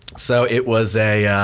so it was a,